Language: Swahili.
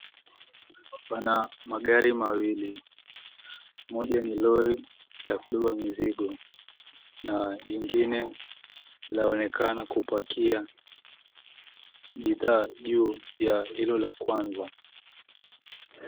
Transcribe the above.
Pana magari mawili, moja ni lori la kubeba mizigo na jingine laonekana kupakia bidhaa juu ya hilo la kwanza.